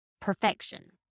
perfection